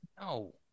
No